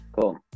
cool